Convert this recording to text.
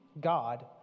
God